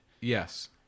Yes